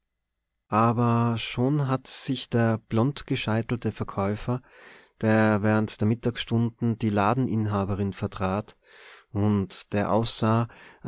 aber schon hatte sich der blondgescheitelte verkäufer der während der mittagsstunden die ladeninhaberin vertrat und der aussah